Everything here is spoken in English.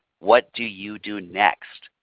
what do you do next?